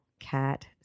Cat